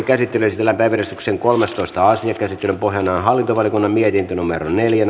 käsittelyyn esitellään päiväjärjestyksen kolmastoista asia käsittelyn pohjana on on hallintovaliokunnan mietintö neljä